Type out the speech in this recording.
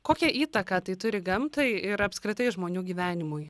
kokią įtaką tai turi gamtai ir apskritai žmonių gyvenimui